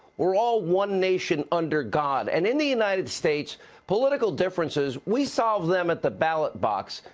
we are all one nation under god and in the united states political differences, we saw them at the ballot box.